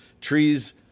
Trees